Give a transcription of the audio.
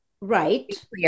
Right